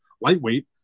lightweight